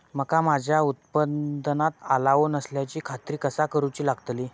मका माझ्या उत्पादनात ओलावो नसल्याची खात्री कसा करुची लागतली?